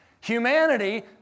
Humanity